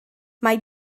mae